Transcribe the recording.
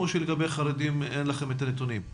או שלגבי חרדים אין לכם את הנתונים?